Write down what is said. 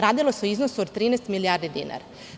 Radilo se o iznosu od 13 milijardi dinara.